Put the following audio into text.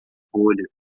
folhas